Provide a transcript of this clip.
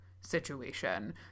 situation